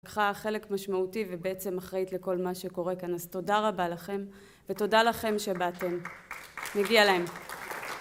לקחה חלק משמעותי ובעצם אחראית לכל מה שקורה כאן. אז תודה רבה לכם ותודה לכם שבאתם. מגיע להם.